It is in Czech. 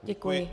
Děkuji.